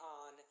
on